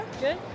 Good